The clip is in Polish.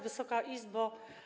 Wysoka Izbo!